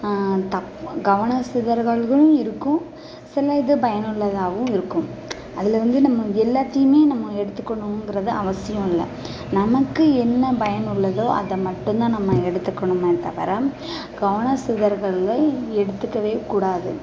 த கவனம் சிதறுகிறதும் இருக்கும் சில இது பயனுள்ளதாகவும் இருக்கும் அதில் வந்து நம்ம எல்லாத்தையுமே நம்ம எடுத்துக்கணுங்கிறது அவசியம் இல்லை நமக்கு என்ன பயனுள்ளதோ அதை மட்டும் தான் நம்ம எடுத்துக்கணுமே தவிர கவனம் சிதறுறதை எடுத்துக்கவே கூடாது